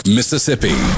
Mississippi